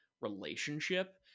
relationship